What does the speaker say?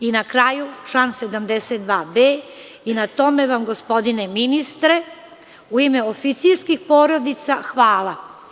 Na kraju, član 72b., i na tome vam gospodine ministre u ime oficirskih porodica, hvala.